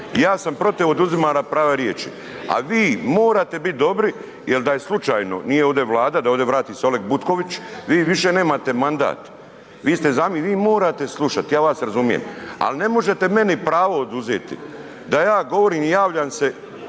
ja sam protiv oduzimanja prava riječi, a vi morate biti dobri jer da je slučajno nije ovdje Vlada da ovdje se vrati Oleg Butković vi više nemate mandat, vi ste, vi morate slušati, ja vas razumijem. Ali ne možete meni pravo oduzeti, da ja govorim i javljam se